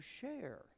share